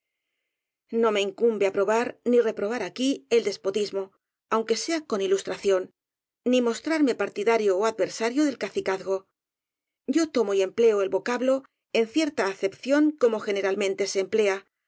no me incumbe aprobar ni reprobar aquí el despotismo aunque sea con ilustración ni mos trarme partidario ó adversario del cacicazgo yo tomo y empleo el vocablo en cierta acepción como generalmente se emplea